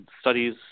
studies